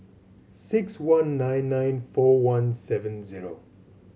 six one nine nine four one seven zero